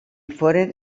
foren